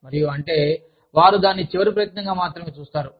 మరియు అంటే వారు దానిని చివరి ప్రయత్నంగా మాత్రమే చూస్తారు